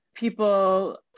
People